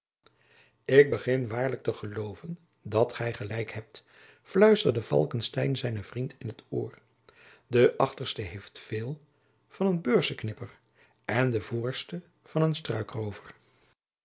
ik begin waarlijk te gelooven dat gij gelijk hebt fluisterde falckestein zijnen vriend in t oor de achterste heeft veel van een beurzenknipper en de voorste van een